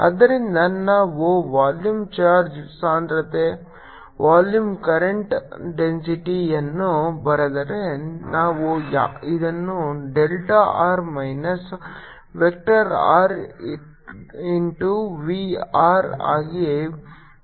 ಆದ್ದರಿಂದ ನಾವು volume charge ಸಾಂದ್ರತೆ ವಾಲ್ಯೂಮ್ ಕರೆಂಟ್ ಡೆನ್ಸಿಟಿಯನ್ನು ಬರೆದರೆ ನಾವು ಇದನ್ನು delta r minus vector r into v R ಆಗಿ ಬರೆಯುತ್ತೇವೆ